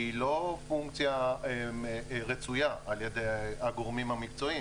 לא פונקציה רצויה על ידי הגורמים המקצועיים,